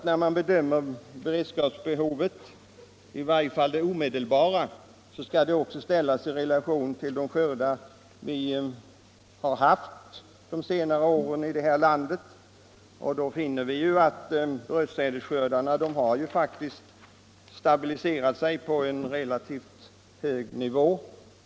När man bedömer beredskapsbehovet, i varje fall det omedelbara, skall det också ställas i relation till de skördar vi har haft i vårt land under de senare åren. Då finner vi att brödsädesskördarna faktiskt har stabiliserat sig på en relativt hög nivå.